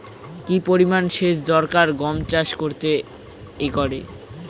কি পরিমান সেচ দরকার গম চাষ করতে একরে?